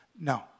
No